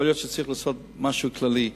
יכול להיות שצריך לעשות משהו כללי.